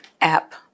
app